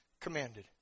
commanded